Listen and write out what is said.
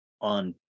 on